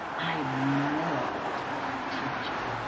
i loved teaching.